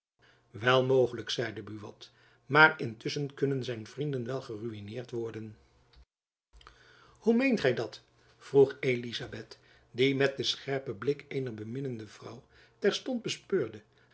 wel mogelijk zeide buat maar intusschen kunnen zijn vrienden wel geruïneerd worden hoe meent gy dat vroeg elizabeth die met den scherpen blik eener beminnende vrouw terstond bespeurde